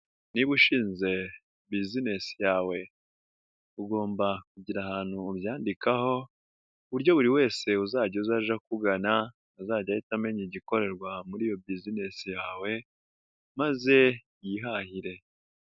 Niba ushinze bizinesi yawe, ugomba kugira ahantu ubyandikaho, ku buryo buri wese uzajya uza aje akugana, azajya ahita amenya igikorerwa muri iyo bizinesi yawe maze yihahire.